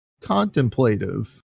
contemplative